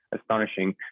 astonishing